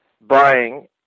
buying